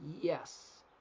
yes